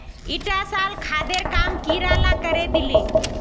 ईटा साल खादेर काम कीड़ा ला करे दिले